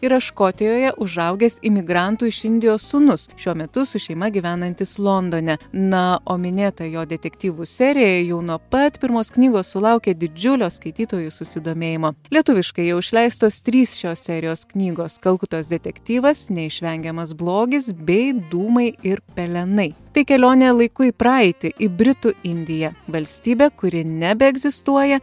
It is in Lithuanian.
yra škotijoje užaugęs imigrantų iš indijos sūnus šiuo metu su šeima gyvenantis londone na o minėta jo detektyvų serija jau nuo pat pirmos knygos sulaukė didžiulio skaitytojų susidomėjimo lietuviškai jau išleistos trys šios serijos knygos kalkutos detektyvas neišvengiamas blogis bei dūmai ir pelenai tai kelionė laiku į praeitį į britų indiją valstybę kuri nebeegzistuoja